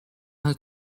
het